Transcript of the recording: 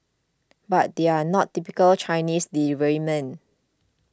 but they're not typical Chinese deliverymen